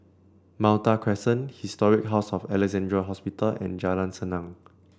Malta Crescent Historic House of Alexandra Hospital and Jalan Senang